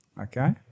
Okay